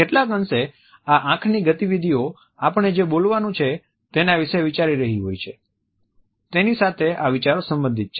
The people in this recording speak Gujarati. કેટલાક અંશે આ આંખની ગતિવિધિઓ આપણે જે બોલવાનું છે તેના વિશે વિચારી રહ્યા હોઈએ છીએ તેની સાથે આ વિચારો સંબંધિત છે